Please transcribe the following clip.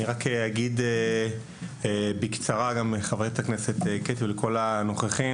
אני אגיד לחברת הכנסת קטי ולכל הנוכחים